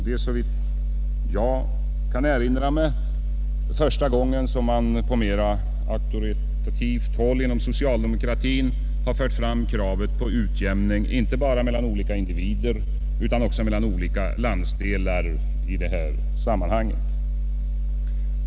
Det är såvitt jag kan erinra mig första gången som man på mera auktoritativt håll inom socialdemokratin har lagt fram kravet på utjämning inte bara mellan olika individer utan också mellan olika landsdelar i detta sammanhang.